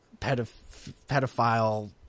pedophile